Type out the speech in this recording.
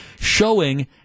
showing